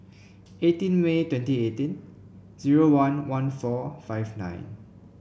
eighteen May twenty eighteen zero one one four five nine